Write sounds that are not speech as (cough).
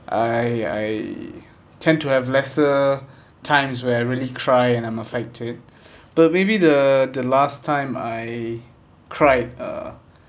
I I (breath) tend to have lesser (breath) times where really cry and I'm affected (breath) but maybe the the last time I cried uh